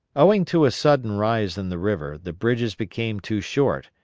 owing to a sudden rise in the river the bridges became too short,